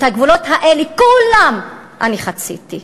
את הגבולות האלה, כולם, אני חציתי.